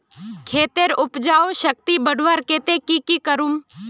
खेतेर उपजाऊ शक्ति बढ़वार केते की की करूम?